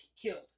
killed